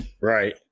Right